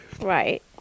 Right